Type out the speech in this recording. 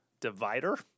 divider